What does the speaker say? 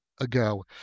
ago